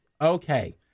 Okay